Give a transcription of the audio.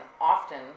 often